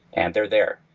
and they're there.